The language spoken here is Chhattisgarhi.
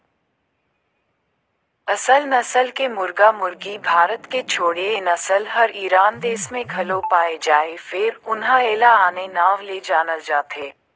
असेल नसल के मुरगा मुरगी भारत के छोड़े ए नसल हर ईरान देस में घलो पाये जाथे फेर उन्हा एला आने नांव ले जानल जाथे